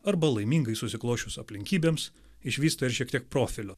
arba laimingai susiklosčius aplinkybėms išvysta ir šiek tiek profilio